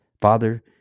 Father